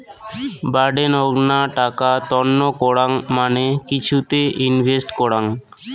বাডেনগ্না টাকা তন্ন করাং মানে কিছুতে ইনভেস্ট করাং